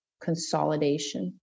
consolidation